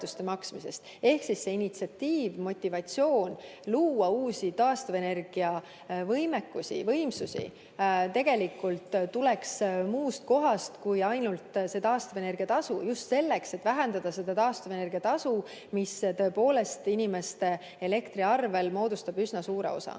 Ehk siis see motivatsioon luua uusi taastuvenergiavõimsusi tuleks tegelikult muust kohast kui ainult see taastuvenergia tasu, just selleks, et vähendada taastuvenergia tasu, mis tõepoolest inimeste elektriarvest moodustab üsna suure osa.